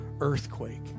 earthquake